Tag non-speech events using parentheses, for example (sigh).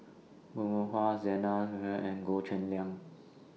Bong Hiong Hwa Zena (unintelligible) and Goh Cheng Liang